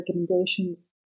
recommendations